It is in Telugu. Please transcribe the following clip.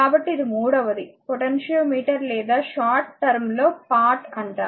కాబట్టి ఇది మూడవది పొటెన్షియోమీటర్ లేదా షార్ట్ టర్మ్ లో పాట్ అంటారు